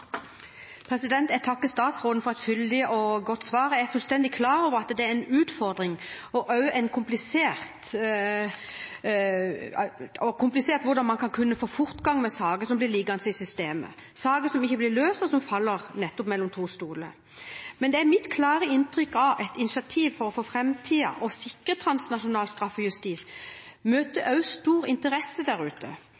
utfordring og også komplisert hvordan man skal kunne få fortgang i saker som blir liggende i systemet, saker som ikke blir løst, og som faller nettopp mellom to stoler. Men det er mitt klare inntrykk at et initiativ for for framtiden å sikre transnasjonal straffejustis også møter stor interesse der ute.